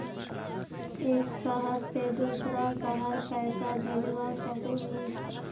एक शहर से दूसरा शहर पैसा भेजवा सकोहो ही?